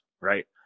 right